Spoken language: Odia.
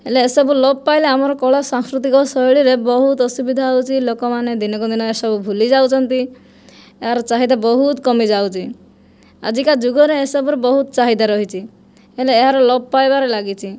ହେଲେ ଏସବୁ ଲୋପ ପାଇଲେ ଆମର କଳା ସାଂସ୍କୃତିକ ଶୈଳୀରେ ବହୁତ ଅସୁବିଧା ହେଉଛି ଲୋକମାନେ ଦିନକୁ ଦିନ ଏସବୁ ଭୁଲି ଯାଉଛନ୍ତି ଏହାର ଚାହିଦା ବହୁତ କମିଯାଉଛି ଆଜିକା ଯୁଗରେ ଏସବୁର ବହୁତ ଚାହିଦା ରହିଛି ହେଲେ ଏହାର ଲୋପ ପାଇବାରେ ଲାଗିଛି